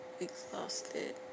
exhausted